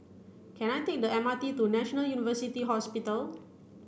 can I take the M R T to National University Hospital